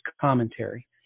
commentary